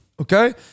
Okay